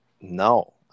no